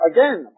Again